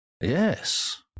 Yes